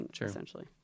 essentially